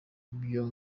ibyo